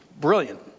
brilliant